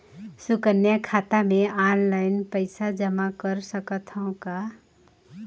सुकन्या खाता मे ऑनलाइन पईसा जमा कर सकथव का?